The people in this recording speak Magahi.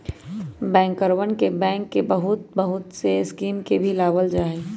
बैंकरवन बैंक के तहत बहुत से स्कीम के भी लावल जाहई